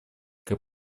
как